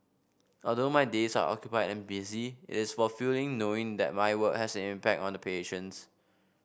although my days are occupied and busy it is fulfilling knowing that my work has an impact on the patients